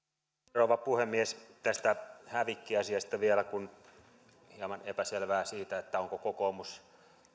rouva puhemies tästä hävikkiasiasta vielä kun on hieman epäselvyyttä siitä onko kokoomus